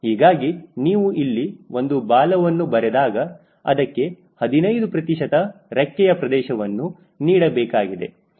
ಹೀಗಾಗಿ ನೀವು ಇಲ್ಲಿ ಒಂದು ಬಾಲವನ್ನು ಬರೆದಾಗ ಅದಕ್ಕೆ 15 ಪ್ರತಿಶತ ರೆಕ್ಕೆಯ ಪ್ರದೇಶವನ್ನು ನೀಡಬೇಕಾಗಿದೆ